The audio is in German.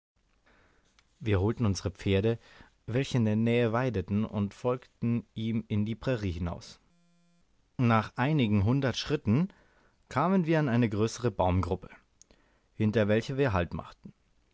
wir holten unsere pferde welche in der nähe weideten und folgten ihm in die prairie hinaus nach einigen hundert schritten kamen wir an eine größere baumgruppe hinter welcher wir wieder halt machten